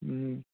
ହୁଁ